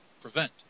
prevent